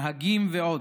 נהגים ועוד,